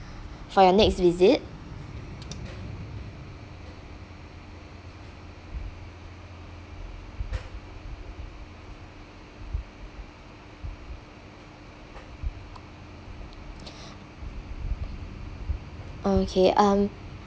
for your next visit okay um